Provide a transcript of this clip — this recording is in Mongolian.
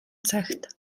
цагт